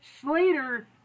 Slater